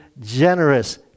generous